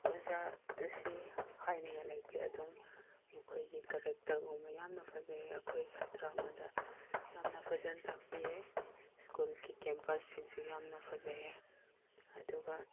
ꯑꯣꯖꯥ ꯑꯁꯤ ꯍꯥꯏꯅꯤꯡꯉꯥꯏ ꯂꯩꯇꯦ ꯑꯗꯨꯝ ꯃꯈꯣꯏꯒꯤ ꯀꯔꯦꯛꯇꯔꯨꯝꯕ ꯌꯥꯝꯅ ꯐꯖꯩꯌꯦ ꯑꯩꯈꯣꯏ ꯁꯥꯇ꯭ꯔꯉꯣꯟꯗ ꯌꯥꯝꯅ ꯐꯖꯅ ꯇꯥꯛꯄꯤꯌꯦ ꯁ꯭ꯀꯨꯜꯒꯤ ꯀꯦꯝꯄꯁꯁꯤꯡꯁꯨ ꯌꯥꯝꯅ ꯐꯖꯩꯌꯦ ꯑꯗꯨꯒ